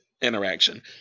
interaction